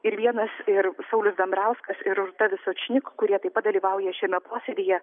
ir vienas ir saulius dambrauskas ir rūta visočnik kurie taip pat dalyvauja šiame posėdyje